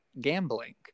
gambling